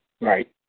Right